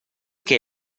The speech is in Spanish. que